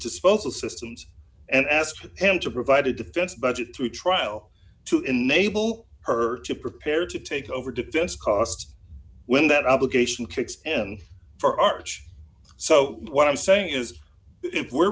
disposal systems and ask them to provide a defense budget through trial to enable her to prepare to take over defense costs when that obligation kicks in for arch so what i'm saying is if we're